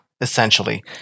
essentially